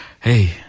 Hey